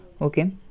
okay